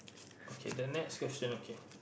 okay the next question okay